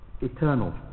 eternal